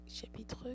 chapitre